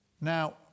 Now